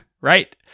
right